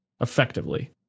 effectively